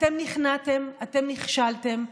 אתם נכנעתם, אתם נכשלתם.